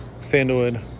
Sandalwood